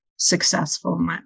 successful